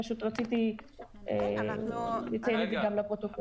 ופשוט רציתי לציין את זה גם לפרוטוקול.